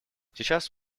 сейчас